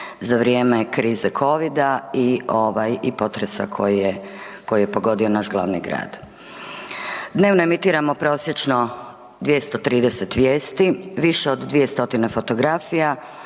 za vrijeme krize Covida i potresa koji je pogodio naš glavni grad. Dnevno emitiramo prosječno 230 vijesti, više od 2 stotine fotografija,